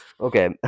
Okay